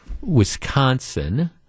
Wisconsin